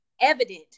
evident